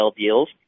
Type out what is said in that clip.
deals